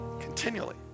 Continually